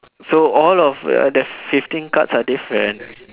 so all of the fifteen cards are different